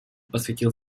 посвятил